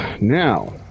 Now